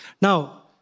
Now